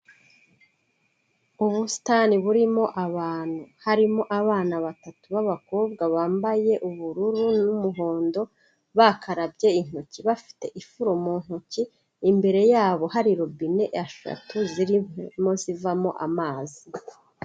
Ubusitani burimo abantu harimo abana batatu b'abakobwa bambaye ubururu n'umuhondo bakarabye intoki, bafite ifuro mu ntoki, imbere yabo hari robine eshatu zirimo zivamo amazi.